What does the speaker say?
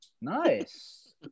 Nice